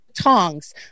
tongs